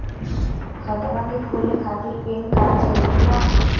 खतवा के खोले खातिर पेन कार्ड जरूरी बा?